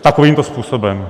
Takovýmto způsobem.